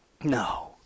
No